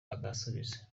agasubiza